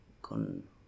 con